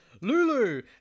Lulu